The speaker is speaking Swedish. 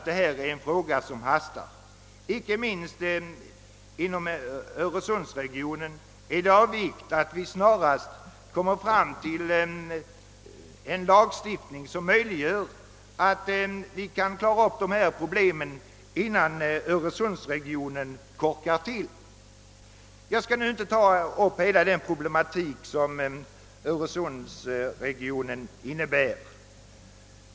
Detta är en fråga som hastar. Inte minst inom Öresundsregionen är det av vikt att vi snarast får en lagstiftning som gör det möjligt för oss att lösa dessa problem innan denna region korkar igen. Jag skall nu inte ta upp hela den problematik som Öresundsregionen rymmer.